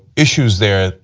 issues there.